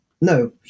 No